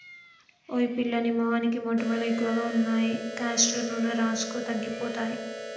ఓయ్ పిల్లా నీ మొహానికి మొటిమలు ఎక్కువగా ఉన్నాయి కాస్టర్ నూనె రాసుకో తగ్గిపోతాయి